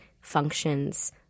functions